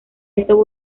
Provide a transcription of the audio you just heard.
esto